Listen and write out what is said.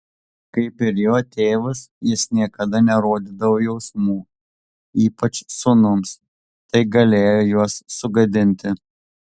kaip ir jo tėvas jis niekada nerodydavo jausmų ypač sūnums tai galėjo juos sugadinti